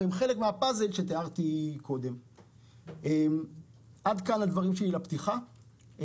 והם חלק מהפאזל שתיארתי קודם - עד כאן דבריי לפתיחה.